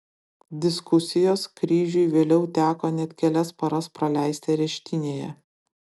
diskusijos kryžiui vėliau teko net kelias paras praleisti areštinėje